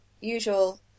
usual